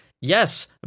Yes